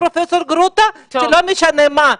פרופ' גרוטו "שלא משנה מה,